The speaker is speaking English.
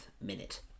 minute